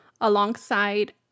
alongside